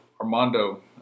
Armando